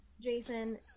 Jason